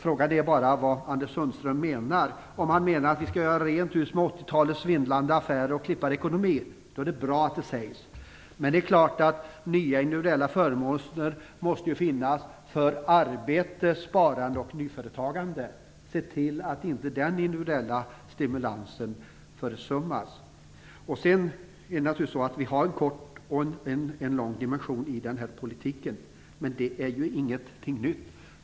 Frågan är bara vad Anders Sundström menar. Menar han att vi skall göra rent hus med 80 talets svindlande affärer och klipparekonomi? I så fall är det bra att det sägs. Men det är klart att nya individuella förmåner måste finnas för arbete, sparande och nyföretagande. Det måste ses till att inte den individuella stimulansen försummas. Det är naturligtvis så att vi har en kort och en lång dimension i den här politiken. Men det är ju ingenting nytt.